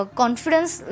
confidence